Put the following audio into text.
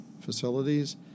facilities